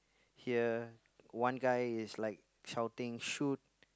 here one guy is like shouting shoot